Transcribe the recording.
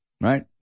Right